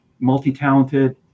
multi-talented